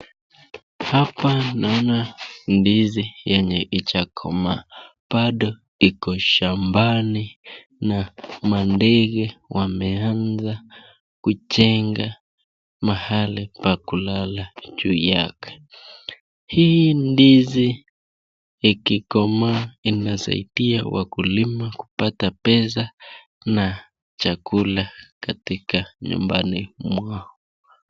Hapa naona ndizi yenye haijakomaa, bado iko shambani na mandege wameanza kujenga mahali ya kulala juu yake. Hii ndizi ikikomaa inasaidia wakulima kupata pesa na chakula katika nyumbani mwao.